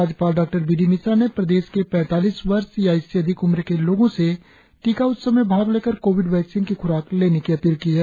राज्यपाल डॉ B D Mishra ने प्रदेश के पैतालीस वर्ष या इससे अधिक उम्र के लोगों से टीका उत्सव में भाग लेकर कोविड वैक्सीन की ख्राक लेने की अपील की है